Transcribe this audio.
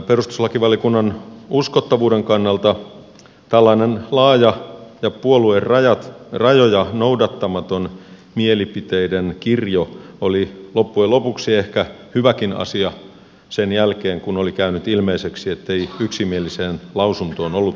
perustuslakivaliokunnan uskottavuuden kannalta tällainen laaja ja puoluerajoja noudattamaton mielipiteiden kirjo oli loppujen lopuksi ehkä hyväkin asia sen jälkeen kun oli käynyt ilmeiseksi ettei yksimieliseen lausuntoon ollut mahdollisuutta päästä